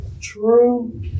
true